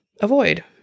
avoid